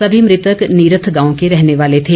सभी मृतक नीरथ गांव के रहने वाले थे